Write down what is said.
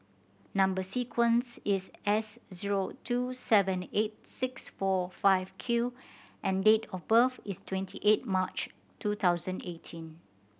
number sequence is S zero two seven eight six four five Q and date of birth is twenty eighth March two thousand eighteen